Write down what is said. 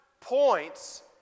points